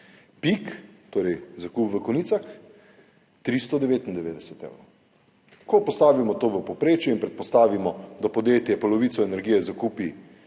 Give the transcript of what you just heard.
Peak, torej zakup v konicah, 399 evrov. Ko postavimo to v povprečje in predpostavimo, da podjetje polovico energije zakupi